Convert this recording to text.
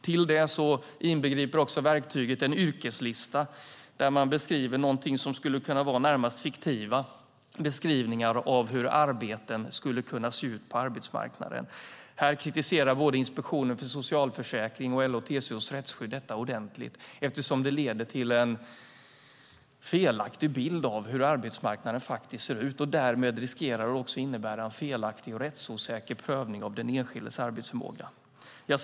Till detta inbegriper också verktyget en yrkeslista där man ger någonting som skulle kunna vara närmast fiktiva beskrivningar av hur arbeten skulle kunna se ut på arbetsmarknaden. Både Inspektionen för socialförsäkringen och LO-TCO:s Rättsskydd kritiserar detta ordentligt eftersom det leder till en felaktig bild av hur arbetsmarknaden faktiskt ser ut och därmed även riskerar att innebära en felaktig och rättsosäker prövning av den enskildes arbetsförmåga.